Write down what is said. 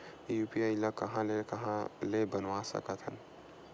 UPI ल कहां ले कहां ले बनवा सकत हन?